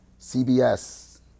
CBS